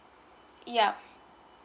yeah